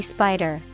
Spider